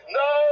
no